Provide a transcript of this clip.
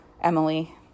Emily